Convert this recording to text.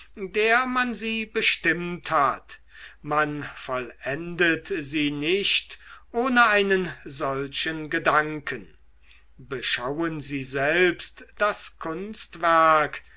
der man sie bestimmt hat man vollendet sie nicht ohne einen solchen gedanken beschauen sie selbst das kunstwerk